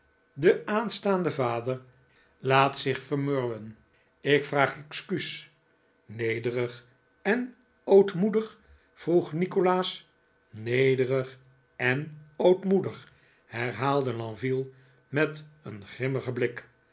de aanstaande vader laat zich vermurwen ik vraag excuus nederig en ootmoedig vroeg nikolaas nederig en odtmoedig herhaalde lenville met een grimmigen blik